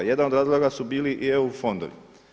Jedan od razloga su bili i EU fondovi.